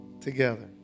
together